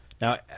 Now